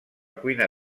cuina